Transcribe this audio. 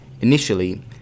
Initially